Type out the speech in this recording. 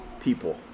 people